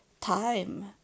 time